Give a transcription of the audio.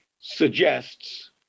suggests